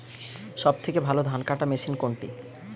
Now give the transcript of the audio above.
সবথেকে ভালো ধানকাটা মেশিন কোনটি?